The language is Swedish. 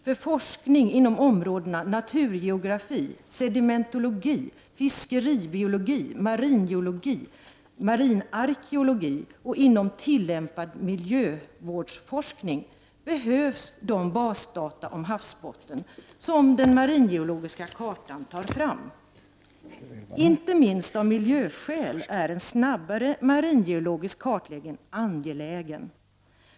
För forskning inom områdena naturgeografi, sedimentologi, fiskeribiologi, maringeologi, marinarkeologi samt inom tillämpad miljövårdsforskning behövs de basdata om havsbotten som den maringeologiska kartan tar fram. Inte minst av miljöskäl är en snabbare maringeologisk kartläggning angelägen.